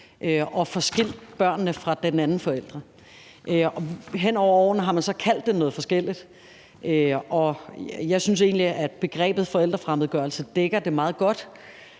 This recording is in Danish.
og får skilt børnene fra den anden forælder. Hen over årene har man så kaldt det noget forskelligt, og jeg synes egentlig, at begrebet forældrefremmedgørelse dækker det meget godt.